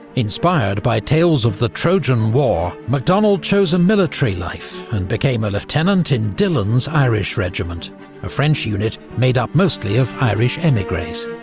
inspired by tales of the trojan war, macdonald chose a military life, and became a lieutenant in dillon's irish regiment a french unit made up mostly of irish emigres.